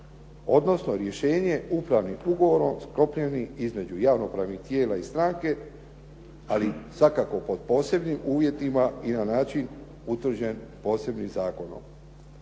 odnosno rješenje upravnim ugovorom sklopljeni između javno-pravnih tijela i stranke, ali svakako pod posebnim uvjetima i na način utvrđen posebnim zakonom.